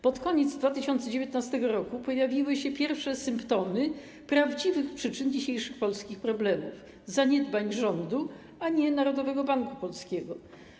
Pod koniec 2019 r. pojawiły się pierwsze symptomy prawdziwych przyczyn dzisiejszych polskich problemów, zaniedbań rządu, a nie Narodowego Banku Polskiego.